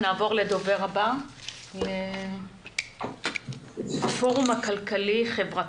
נעבור לדוברת הבאה, ללי דרעי.